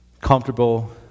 comfortable